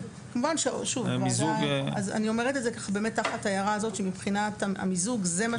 אני אומרת את זה תחת ההערה הזאת שמבחינת המיזוג זה מה